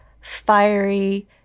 fiery